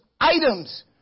items